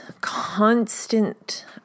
constant